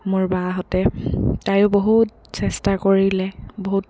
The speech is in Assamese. মোৰ বাহঁতে তাইয়ো বহুত চেষ্টা কৰিলে বহুত